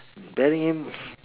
bearing in